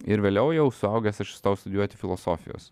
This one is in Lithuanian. ir vėliau jau suaugęs aš įstojau studijuoti filosofijos